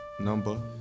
number